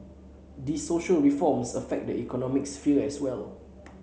these social reforms affect the economic sphere as well